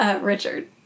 Richard